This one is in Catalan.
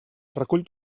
recull